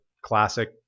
classic